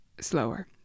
slower